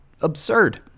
absurd